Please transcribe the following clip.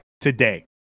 today